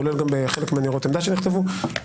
כולל גם חלק מניירות העמדה שנכתבו,